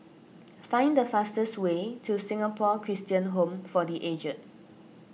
find the fastest way to Singapore Christian Home for the Aged